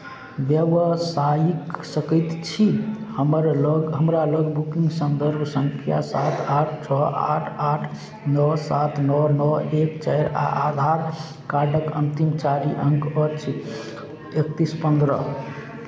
व्यवसायिक सकैत छी हमर लग हमरा लग बुकिंग सन्दर्भ सङ्ख्या सात आठ छओ आठ आठ नओ सात नओ नओ एक चारि आ आधार कार्डक अन्तिम चारि अंक अछि एकतीस पन्द्रह